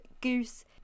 Goose